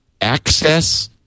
access